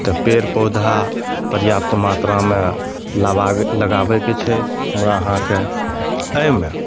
तऽ पेड़ पौधा पर्याप्त मात्रामे लबागे लगाबैके छै हमरा अहाँके एहिमे